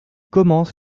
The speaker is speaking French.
commence